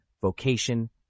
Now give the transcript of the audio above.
vocation